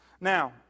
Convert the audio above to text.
Now